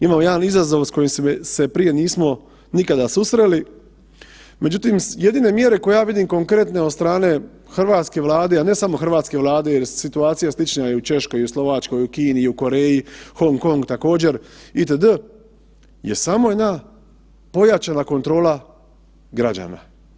Imamo jedan izazov s kojim se prije nismo nikada susreli, međutim jedine mjere koje ja vidim konkretne od strane hrvatske Vlade, a ne samo hrvatske Vlade jer, situacija je slična i u Češkoj i u Slovačkoj, u Kini i Koreji, Hong Kong također, itd., je samo jedna pojačana kontrola građana.